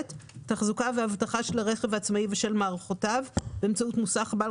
תחזוקה ואבטחה של הרכב העצמאי ושל מערכותיו באמצעות מוסך בעל